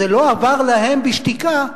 זה לא עבר להם בשתיקה,